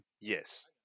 Yes